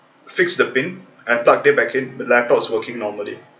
fixed the pin and plugged it back in the laptop's working normally